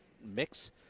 mix